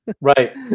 Right